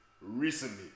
Recently